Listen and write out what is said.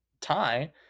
tie